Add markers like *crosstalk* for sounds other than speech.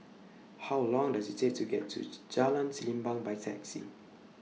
How Long Does IT Take to get to *noise* Jalan Sembilang By Taxi